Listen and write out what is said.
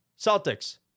Celtics